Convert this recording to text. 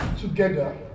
together